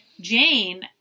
Jane